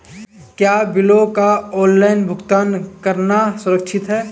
क्या बिलों का ऑनलाइन भुगतान करना सुरक्षित है?